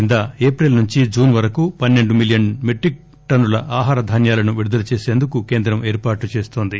కింద ఏప్రిల్ నుంచి జున్ వరకు పన్నె ండు మిలియన్ మెట్రిక్ ఆహార ధాన్యాలను విడుదల చేసేందుకు కేంద్రం ఏర్పాట్లు చేస్తోంది